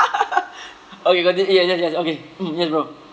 okay conti~ yes yes yes okay mm yes bro